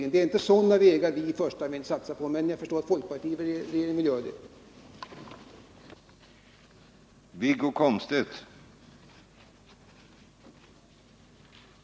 Det är inte sådana vägar vi vill satsa på, men jag förstår att folkpartiregeringen vill göra det.